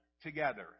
together